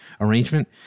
arrangement